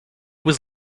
was